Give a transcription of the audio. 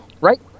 Right